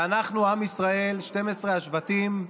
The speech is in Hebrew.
ואנחנו, עם ישראל, 12 השבטים,